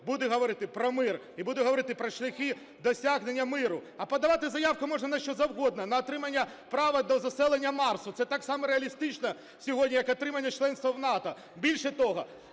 буде говорити про мир і буде говорити про шляхи досягнення миру. А подавати заявку можна на що завгодно, на отримання права до заселення Марсу. Це так само реалістично сьогодні, як отримання членство в НАТО. Більше того,